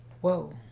Whoa